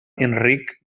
enric